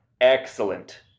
excellent